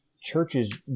churches